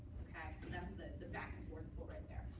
and that's that's the back-and-forth pull, right there.